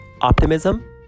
optimism